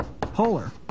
polar